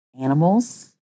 animals